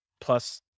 plus